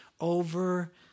over